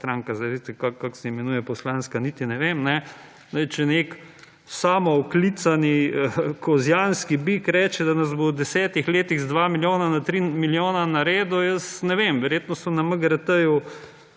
strank, kako se imenuje poslanska niti ne vem, če nek smooklicani kozjanski bik reče, da nas bo v 10 letih iz 2 milijona na 3 milijone naredil jaz ne vem, verjetno so na MGRT-ju